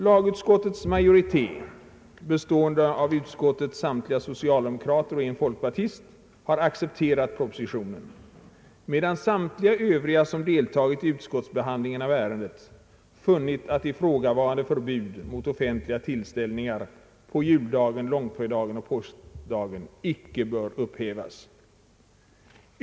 Lagutskottets majoritet, bestående av utskottets samtliga socialdemokrater och en folkpartist, har accepterat propositionen, medan samtliga övriga som deltagit i utskottsbehandlingen av ären det funnit att ifrågavarande förbud mot offentliga tillställningar på juldagen, långfredagen och påskdagen icke bör upphävas.